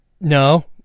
No